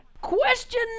Question